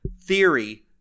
Theory